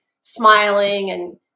smiling—and